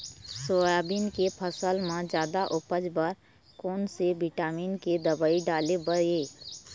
Soybean के फसल म जादा उपज बर कोन से विटामिन के दवई डाले बर ये?